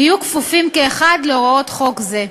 יהיו כפופים כאחד להוראות חוק זה.